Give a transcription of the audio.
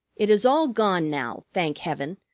it is all gone now, thank heaven,